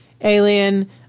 alien